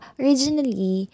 originally